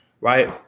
right